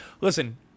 Listen